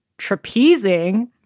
Trapezing